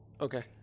Okay